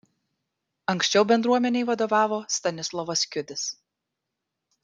anksčiau bendruomenei vadovavo stanislovas kiudis